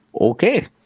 Okay